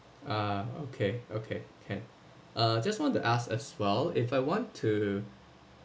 ah okay okay can uh just want to ask as well if I want to